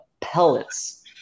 pellets